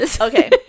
Okay